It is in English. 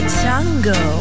tango